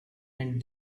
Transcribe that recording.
and